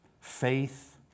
Faith